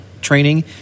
training